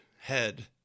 head